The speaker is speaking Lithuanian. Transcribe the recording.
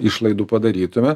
išlaidų padarytume